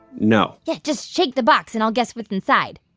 no yeah, just shake the box, and i'll guess what's inside